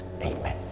Amen